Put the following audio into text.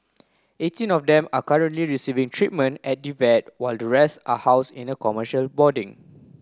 eighteen of them are currently receiving treatment at the vet while the rest are house in a commercial boarding